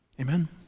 Amen